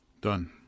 Done